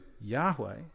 Yahweh